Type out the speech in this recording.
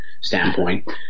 standpoint